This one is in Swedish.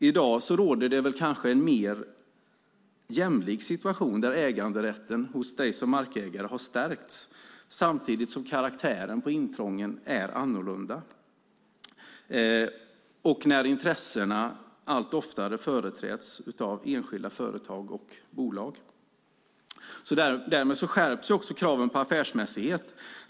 I dag råder det kanske en mer jämlik situation, där äganderätten hos markägarna har stärkts, samtidigt som karaktären på intrången är annorlunda, när intressena allt oftare företräds av enskilda företag och bolag. Därmed skärps också kraven på affärsmässighet.